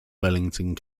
wellington